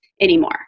anymore